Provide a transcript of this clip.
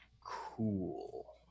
Cool